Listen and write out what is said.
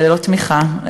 ללא תמיכה,